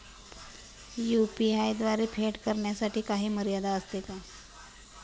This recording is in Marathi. यु.पी.आय द्वारे फेड करण्यासाठी काही मर्यादा असते का?